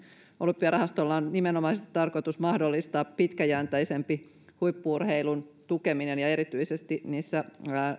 olympiarahastolla on nimenomaisesti tarkoitus mahdollistaa pitkäjänteisempi huippu urheilun tukeminen erityisesti